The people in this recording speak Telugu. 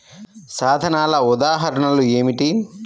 సాధనాల ఉదాహరణలు ఏమిటీ?